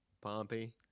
Pompey